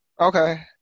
Okay